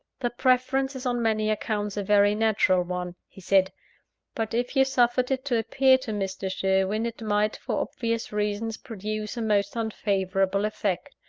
the preference is on many accounts a very natural one, he said but if you suffered it to appear to mr. sherwin, it might, for obvious reasons, produce a most unfavourable effect.